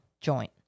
joint